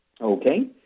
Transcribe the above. Okay